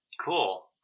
Cool